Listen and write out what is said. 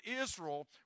Israel